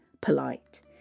polite